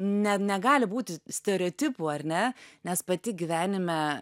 ne negali būti stereotipų ar ne nes pati gyvenime